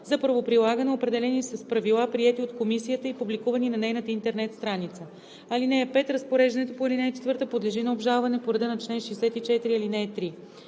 за правоприлагане, определени с правила, приети от комисията и публикувани на нейната интернет страница. (5) Разпореждането по ал. 4 подлежи на обжалване по реда на чл. 64, ал. 3.“